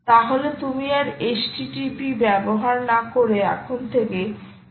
তাহলে তুমি আর http ব্যবহার না করে এখন থেকে https ব্যবহার করবে